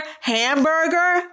hamburger